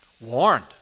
Warned